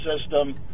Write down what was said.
system